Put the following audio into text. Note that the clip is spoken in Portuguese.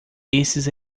esses